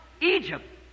Egypt